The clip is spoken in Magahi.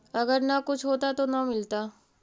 अगर न कुछ होता तो न मिलता?